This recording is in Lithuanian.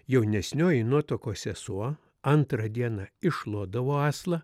jaunesnioji nuotakos sesuo antrą dieną iššluodavo aslą